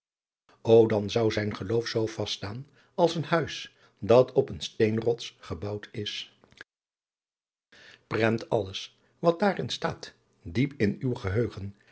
ô dan zou zijn geloof zoo vast staan als een huis dat op een steenrots gebouwd is prent alles wat daar in staat diep in uw geheugen